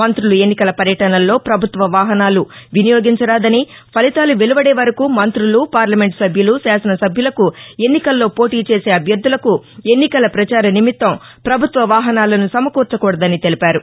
మంత్రులు ఎన్నికల పర్యటనల్లో ప్రభుత్వ వాహనాలు వినియోగించరాదని ఫలితాలు వెలువదే వరకు మంత్రులు పార్లమెంటు సభ్యులు శాసనసభ్యులకు ఎన్నికల్లో పోటీ చేసే అభ్యర్ధులకు ఎన్నికల పచారనిమిత్తం పభుత్వ వాహనాలను సమకూర్చకూడదని తెలిపారు